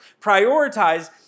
Prioritize